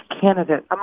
candidate